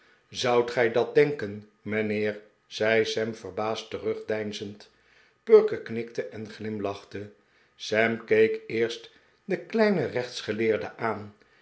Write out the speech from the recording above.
zoudt gij dat denken mijnheer zei sam verbaasd terugdeinzend perker knikte en glimlachte sam keek eerst den kleinen rechtsgeleer de aan